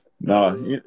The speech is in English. No